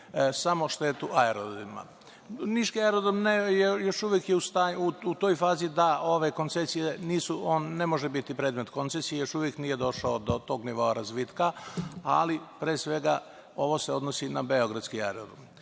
samo štetu aerodromima. Niški aerodrom je još uvek u toj fazi da ove koncesije ne mogu biti, on ne može biti predmet koncesije, još uvek nije došao do tog nivoa razvitka ali pre svega ovo se odnosi na beogradski aerodrom.